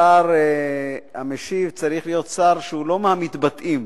המשיב צריך להיות שר שהוא לא מהמתבטאים.